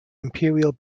imperial